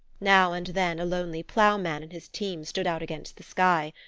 now and then a lonely ploughman and his team stood out against the sky,